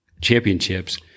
championships